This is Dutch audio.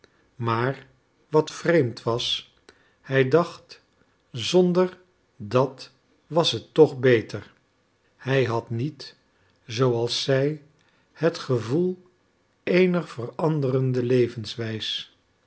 maar wat vreemd was hij dacht zonder dat was het toch beter hij had niet zooals zij het gevoel eener veranderde levenswijs